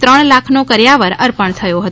ત્રણ લાખનો કરીયાવર અર્પણ થયો હતો